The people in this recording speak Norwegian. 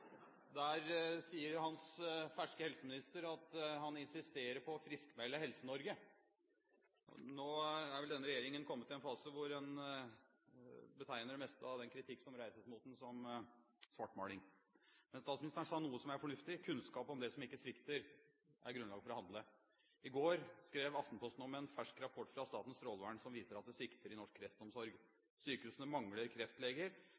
Der insisterer hans ferske helseminister på å friskmelde Helse-Norge. Nå er vel denne regjeringen kommet i en fase hvor den betegner det meste av den kritikk som reises mot den, som svartmaling. Men statsministeren sa noe som er fornuftig – kunnskap om det som ikke svikter, er grunnlaget for å handle. I går skrev Aftenposten om en fersk rapport fra Statens strålevern som viser at det svikter i norsk kreftomsorg. Sykehusene mangler kreftleger.